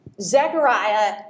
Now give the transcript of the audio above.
Zechariah